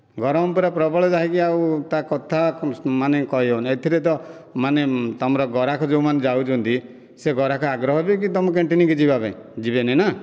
ଗରମ ପୂରା ପ୍ରବଳ ଯାହାକି ଆଉ ତା କଥା ମାନେ କହି ହେଉନି ଏଥିରେ ତ ମାନେ ତମର ଗରାଖ ଯେଉଁମନେ ଯାଉଛନ୍ତି ସେ ଗରାଖ ଆଗ୍ରହ ହେବେ କି ତମ କ୍ୟାଣ୍ଟିନ ଯିବା ପାଇଁ ଯିବେନି ନା